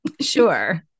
Sure